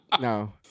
no